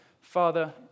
father